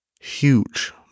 Huge